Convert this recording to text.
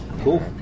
Cool